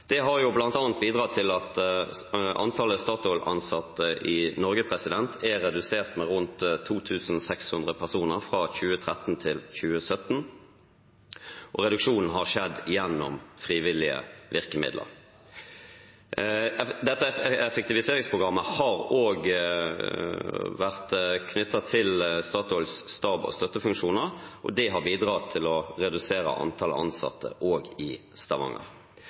Det har bl.a. bidratt til at antallet Statoil-ansatte i Norge er redusert med rundt 2 600 personer fra 2013 til 2017, og reduksjonen har skjedd gjennom frivillige virkemidler. Dette effektiviseringsprogrammet har også vært knyttet til Statoils stabs- og støttefunksjoner, og det har bidratt til å redusere antallet ansatte også i Stavanger. Men det er altså ingen tvil om at lokaliseringen av hovedkontoret er i Stavanger.